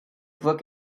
brook